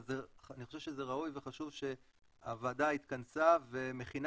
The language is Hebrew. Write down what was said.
אבל אני חושב שזה ראוי וחשוב שהוועדה התכנסה ומכינה